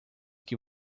que